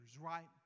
right